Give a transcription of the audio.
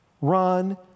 Run